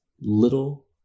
little